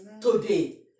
today